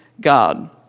God